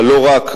אבל לא רק,